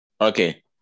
Okay